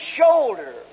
shoulder